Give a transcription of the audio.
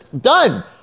done